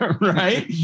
right